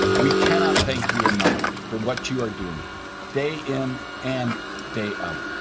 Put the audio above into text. we cannot thank you enough for what you're doing day in and day out.